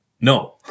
no